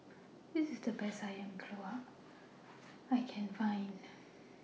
This IS The Best Ayam Buah Keluak that I Can Find